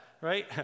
right